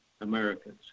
Americans